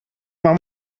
mam